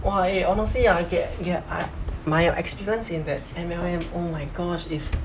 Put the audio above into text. !wah! eh honestly I get get I my experience in that M_L_M oh my gosh it's